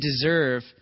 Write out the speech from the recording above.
deserve